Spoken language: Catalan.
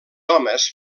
homes